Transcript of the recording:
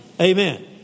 Amen